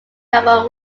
norman